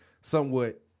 somewhat